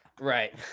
Right